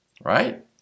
Right